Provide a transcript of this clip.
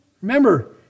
Remember